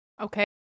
Okay